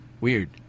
Weird